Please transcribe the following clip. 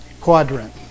quadrant